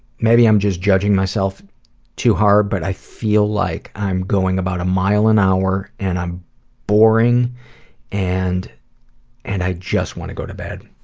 maybe i'm just judging myself too hard but i feel like i'm going about a mile an hour and i'm boring and and i just want to go to bed.